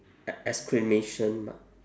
e~ exclamation mark